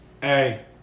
Hey